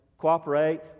cooperate